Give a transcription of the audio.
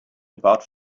about